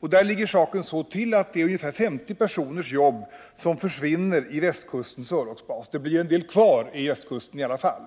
Saken ligger så till att ungefär 50 personers arbete försvinner vid Västkustens örlogsbas. Det blir ju en del kvar i alla fall.